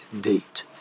date